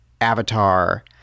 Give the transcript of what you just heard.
Avatar